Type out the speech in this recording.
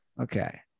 Okay